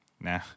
nah